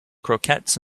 croquettes